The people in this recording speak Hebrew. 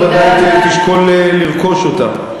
בוודאי תשקול לרכוש אותה.